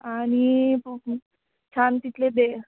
आणि प छान तिथले दे